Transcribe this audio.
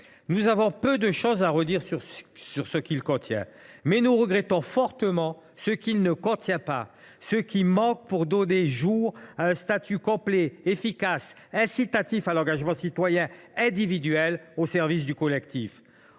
nous avons peu de choses à redire sur ce qu’il contient, nous regrettons fortement ce qu’il ne contient pas, ce qui manque pour donner jour à un statut complet, efficace et incitatif à l’engagement citoyen individuel au service du collectif.